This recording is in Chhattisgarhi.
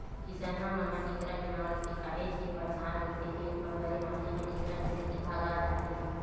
किसनहा मन ह केंकरा के नांव लेके काहेच के परसान रहिथे खेत म भरे पानी ह केंकरा के सेती भगा जाथे